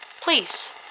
Please